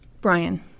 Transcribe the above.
Brian